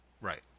Right